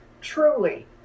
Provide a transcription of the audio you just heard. truly